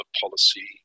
policy